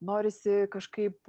norisi kažkaip